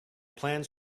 plans